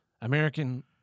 American